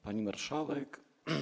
Pani Marszałek!